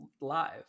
live